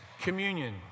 Communion